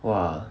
!wah!